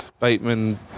Bateman